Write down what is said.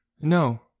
No